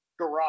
garage